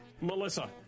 Melissa